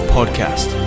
Podcast